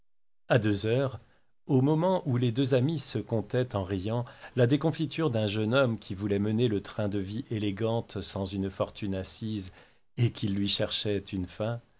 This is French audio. à deux heures au moment où les deux amis se contaient en riant la déconfiture d'un jeune homme qui avait voulu mener le train de la vie élégante sans une fortune assise et qu'ils lui cherchaient une fin